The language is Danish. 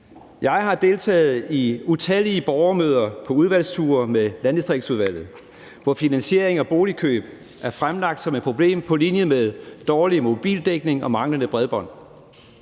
Jeg har deltaget i utallige borgermøder på udvalgsture med Landdistriktsudvalget, hvor finansiering af boligkøb er fremlagt som et problem på linje med dårlig mobildækning og manglende bredbånd.